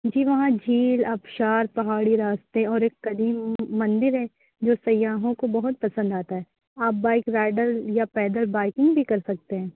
جی وہاں جھیل آبشار پہاڑی راستے اور ایک قدیم مندر ہے جو سیاحوں کو بہت پسند آتا ہے آپ بائک رائڈر یا پیدل بائکنگ بھی کر سکتے ہیں